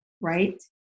right